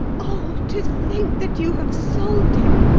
oh, to think that you have solved it!